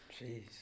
jeez